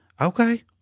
Okay